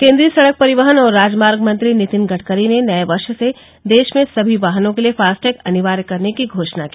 केन्द्रीय सड़क परिवहन और राजमार्ग मंत्री नितिन गडकरी ने नए वर्ष से देश में समी वाहनों के लिए फास्टैग अनिवार्य करने की घोषणा की